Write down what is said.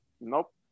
Nope